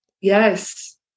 yes